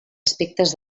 aspectes